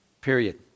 period